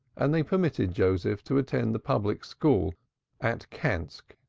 and they permitted joseph to attend the public school at kansk,